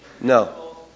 No